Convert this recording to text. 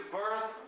birth